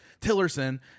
Tillerson